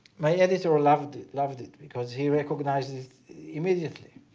my editor loved it loved it because he recognized it immediately.